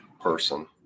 person